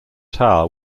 tower